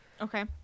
Okay